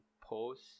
post